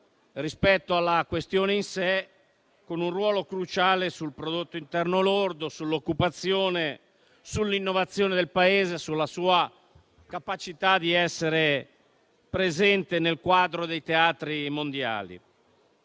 rispetto alla questione in sé, con un ruolo cruciale sul prodotto interno lordo, sull'occupazione, sull'innovazione del Paese e sulla sua capacità di essere presente nel quadro dei teatri mondiali.